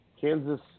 Kansas